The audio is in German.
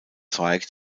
zweig